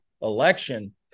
election